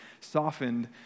softened